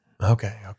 Okay